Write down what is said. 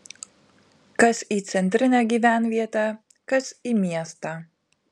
kas į centrinę gyvenvietę kas į miestą